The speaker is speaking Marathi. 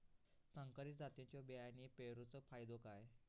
संकरित जातींच्यो बियाणी पेरूचो फायदो काय?